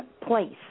place